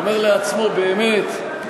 הוא אומר לעצמו: באמת בדיחה.